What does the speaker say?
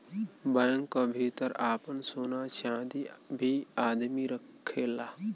bank क भितर आपन सोना चांदी भी आदमी रखेला